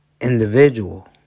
individual